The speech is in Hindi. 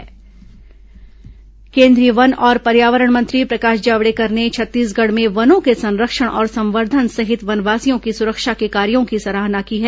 केंद्रीय मंत्री सराहना केंद्रीय वन और पर्यावरण मंत्री प्रकाश जावड़ेकर ने छत्तीसगढ़ में वनों के संरक्षण और संवर्धन सहित वनवासियों की सुरक्षा के कार्यो की सराहना की है